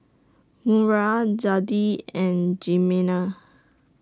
Maura Zadie and Jimena